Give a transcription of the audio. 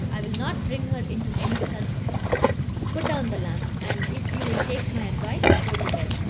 i will not bring her into any such put down the lamp, and, if you will take my advice, go to bed.